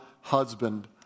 husband